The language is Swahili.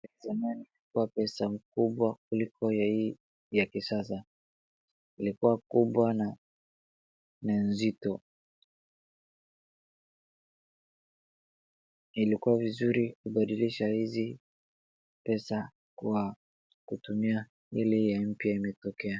Zamani kulikuwa na pesa kubwa kuliko ya hii ya kisasa ilikuwa kubwa na ni nzito, ilikuwa vizuri kubadilisha hizi pesa kwa kutumia ile ya mpya imetokea.